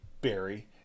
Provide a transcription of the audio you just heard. barry